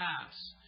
pass